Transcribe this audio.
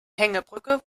hängebrücke